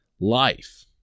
life